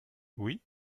oui